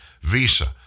Visa